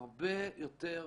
הרבה יותר